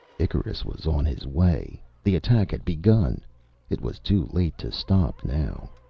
icarus was on his way. the attack had begun it was too late to stop, now.